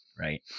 right